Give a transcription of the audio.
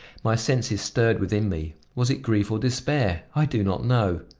my senses stirred within me. was it grief or despair? i do not know.